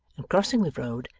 and crossing the road,